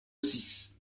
six